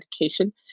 education